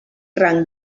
rang